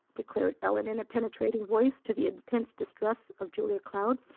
declared ellen in a penetrating voice to the intense distress of julia cloud,